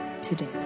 today